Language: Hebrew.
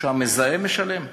שהמזהם משלם.